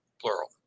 plural